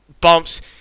Bumps